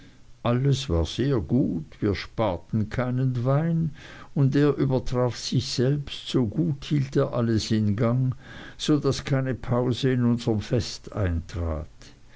alles war sehr gut wir sparten keinen wein und er übertraf sich selbst so gut hielt er alles in gang so daß keine pause in unserm fest eintrat